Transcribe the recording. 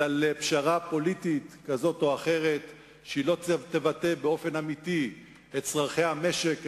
אלא לפשרה פוליטית כזו או אחרת שלא תבטא באופן אמיתי את צורכי המשק,